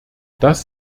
das